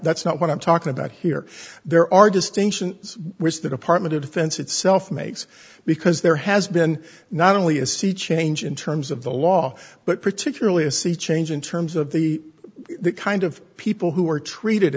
that's not what i'm talking about here there are distinctions which the department of defense itself makes because there has been not only a sea change in terms of the law but particularly a sea change in terms of the kind of people who are treated